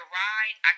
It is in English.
ride